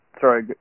Sorry